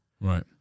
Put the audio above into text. Right